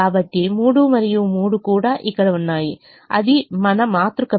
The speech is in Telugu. కాబట్టి 3 మరియు 3 కూడా ఇక్కడ ఉన్నాయి అది మన మాతృక B